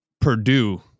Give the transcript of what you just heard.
Purdue